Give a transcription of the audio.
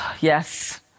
yes